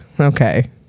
okay